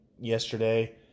yesterday